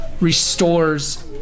restores